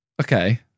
okay